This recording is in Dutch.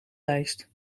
lijst